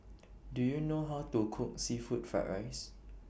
Do YOU know How to Cook Seafood Fried Rice